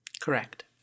Correct